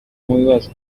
mubibazo